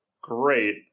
Great